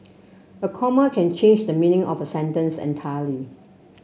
a comma can change the meaning of a sentence entirely